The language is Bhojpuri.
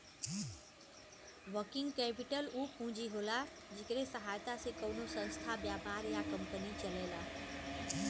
वर्किंग कैपिटल उ पूंजी होला जेकरे सहायता से कउनो संस्था व्यापार या कंपनी चलेला